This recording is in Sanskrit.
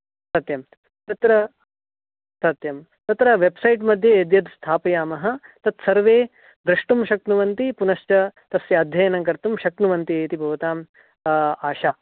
सत्यं तत्र सत्यं तत्र वेब्सैट् मध्ये यद् यद् स्थापयामः तद् सर्वे द्रष्टुं शक्नुवन्ति पनुश्च तस्य अध्ययनं कर्तुं शक्नुवन्ति इति भवताम् आशा